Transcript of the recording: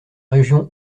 région